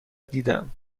دیدم